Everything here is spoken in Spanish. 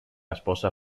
esposa